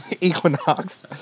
equinox